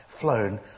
flown